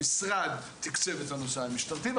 המשרד תקצב את הנושא המשטרתי,